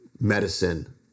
medicine